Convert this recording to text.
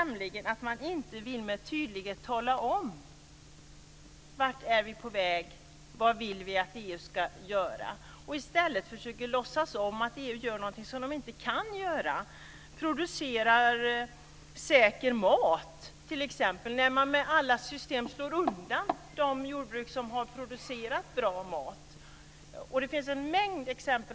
Man vill inte med tydlighet tala om vart EU är på väg och vad man vill att EU ska göra. I stället försöker man låtsas om att EU gör någonting EU inte kan göra, t.ex. producera säker mat fast man med alla system slår undan de jordbruk som producerar bra mat. Det finns en mängd exempel.